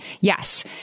Yes